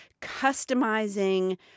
customizing